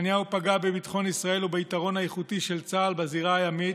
נתניהו פגע בביטחון ישראל וביתרון האיכותי של צה"ל בזירה הימית,